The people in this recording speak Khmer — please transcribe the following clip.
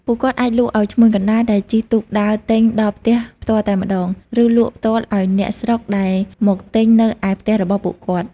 ពួកគាត់អាចលក់ឲ្យឈ្មួញកណ្តាលដែលជិះទូកដើរទិញដល់ផ្ទះផ្ទាល់តែម្ដង ឬលក់ផ្ទាល់ឲ្យអ្នកស្រុកដែលមកទិញនៅឯផ្ទះរបស់ពួកគាត់។